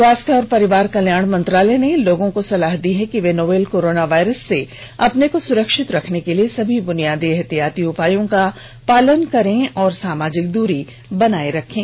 स्वास्थ्य और परिवार कल्याण मंत्रालय ने लोगों को सलाह दी है कि वे नोवल कोरोना वायरस से अपने को सुरक्षित रखने के लिए सभी बुनियादी एहतियाती उपायों का पालन करें और सामाजिक दूरी बनाए रखें